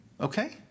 Okay